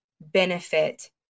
benefit